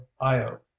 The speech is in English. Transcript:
io